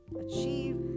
achieve